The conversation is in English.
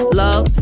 love